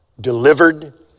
Delivered